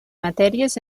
matèries